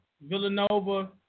Villanova